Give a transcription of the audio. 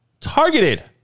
targeted